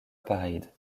parade